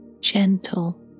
gentle